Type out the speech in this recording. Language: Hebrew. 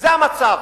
זה המצב.